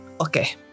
okay